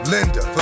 Linda